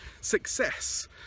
success